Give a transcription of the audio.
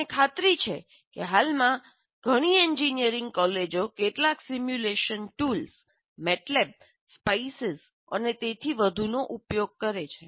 મને ખાતરી છે કે હાલમાં ઘણી એન્જિનિયરિંગ કોલેજો કેટલાક સિમ્યુલેશન ટૂલ્સ મેટલેબ સ્પાઇસ અને તેથી વધુનો ઉપયોગ કરે છે